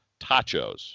tachos